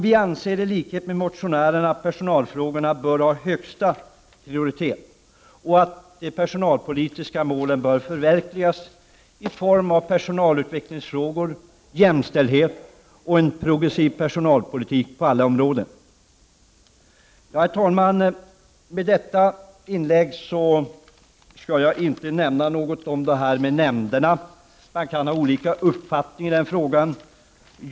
Vi anser, i likhet med motionärerna, att personalfrågorna bör ha högsta prioritet. De personalpolitiska målen bör förverkligas genom personalutveckling, jämställdhet och en progressiv personalpolitik på alla områden. Herr talman! Jag skall inte i detta inlägg säga något om nämnderna. Man kan ha olika uppfattning i den frågan.